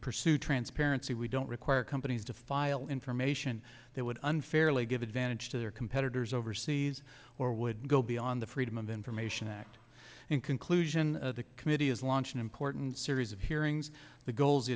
pursue transparency we don't require companies to file information that would unfairly give advantage to their competitors overseas or would go beyond the freedom of information act in conclusion the committee has launched an important series of hearings the goals the